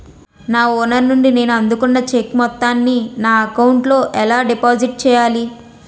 నా ఓనర్ నుండి నేను అందుకున్న చెక్కు మొత్తాన్ని నా అకౌంట్ లోఎలా డిపాజిట్ చేయాలి?